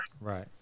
Right